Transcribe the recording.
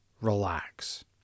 relax